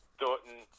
Thornton